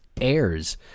airs